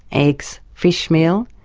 eggs, fishmeal,